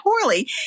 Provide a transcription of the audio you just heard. poorly